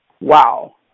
Wow